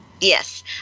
Yes